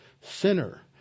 sinner